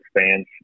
fans